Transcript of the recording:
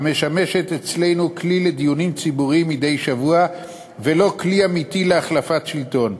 המשמש אצלנו כלי לדיונים ציבוריים מדי שבוע ולא כלי אמיתי להחלפת שלטון,